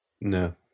No